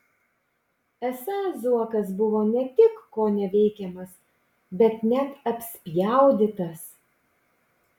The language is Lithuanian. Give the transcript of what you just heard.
esą zuokas buvo ne tik koneveikiamas bet net apspjaudytas